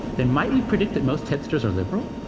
then might we predict that most tedsters are liberal?